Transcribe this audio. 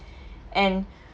and